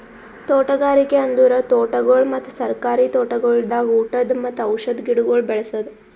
ತೋಟಗಾರಿಕೆ ಅಂದುರ್ ತೋಟಗೊಳ್ ಮತ್ತ ಸರ್ಕಾರಿ ತೋಟಗೊಳ್ದಾಗ್ ಊಟದ್ ಮತ್ತ ಔಷಧ್ ಗಿಡಗೊಳ್ ಬೆ ಳಸದ್